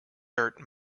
dirt